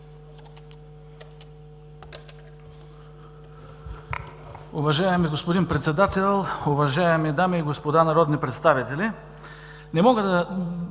Уважаеми господин Председател, уважаеми дами и господа народни представители! По друг